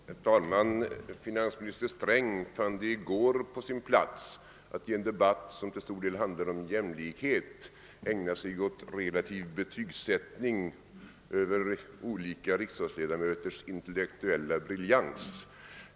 Herr talman! Finansminister Sträng fann det i går på sin plats att i en debatt som till stor del handlade om jämlikhet ägna sig åt relativ betygsättning över olika riksdagsledamöters intellektuella briljans.